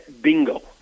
Bingo